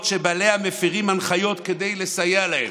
שבעליהן מפירים הנחיות כדי לסייע להם.